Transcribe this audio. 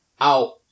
out